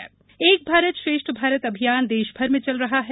एक भारत श्रेष्ठ भारत एक भारत श्रेष्ठ भारत अभियान देश भर में चल रहा है